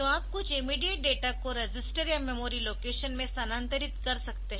तो आप कुछ इमीडियेट डेटा को रजिस्टर या मेमोरी लोकेशन में स्थानांतरित कर सकते है